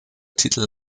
titel